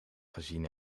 gezien